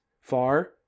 far